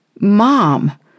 Mom